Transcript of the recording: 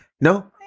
No